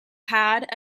had